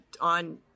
On